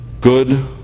good